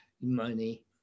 Money